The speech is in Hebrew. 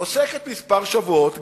עוסקת כמה שבועות,